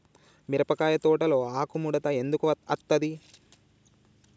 మిరపకాయ తోటలో ఆకు ముడత ఎందుకు అత్తది?